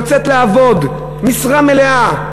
יוצאת לעבוד משרה מלאה,